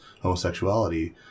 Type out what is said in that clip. homosexuality